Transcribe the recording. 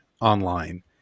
online